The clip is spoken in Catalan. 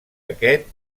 aquest